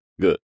Good